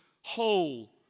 whole